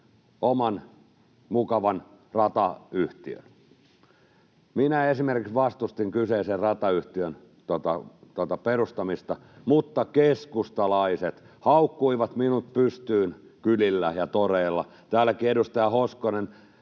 oman mukavan ratayhtiön. Minä esimerkiksi vastustin kyseisen ratayhtiön perustamista, mutta keskustalaiset haukkuivat minut pystyyn kylillä ja toreilla. Täälläkin edustaja Hoskonen